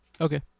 Okay